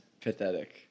pathetic